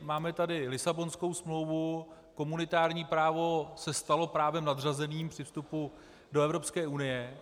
Máme tady Lisabonskou smlouvu, komunitární právo se stalo právem nadřazeným při vstupu do Evropské unie.